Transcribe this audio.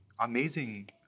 amazing